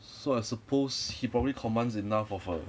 so I suppose he probably commands enough of a